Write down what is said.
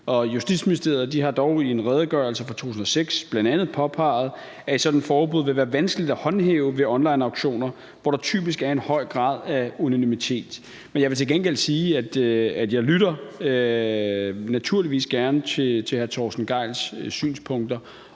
Justitsministeriet har dog i en redegørelse fra 2006 bl.a. påpeget, at et sådant forbud vil være vanskeligt at håndhæve ved onlineauktioner, hvor der typisk er en høj grad af anonymitet. Men jeg vil til gengæld sige, at jeg naturligvis gerne lytter til hr. Torsten Gejls synspunkter